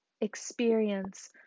experience